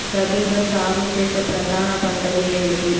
రబీలో సాగు చేసే ప్రధాన పంటలు ఏమిటి?